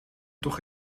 toch